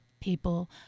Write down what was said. people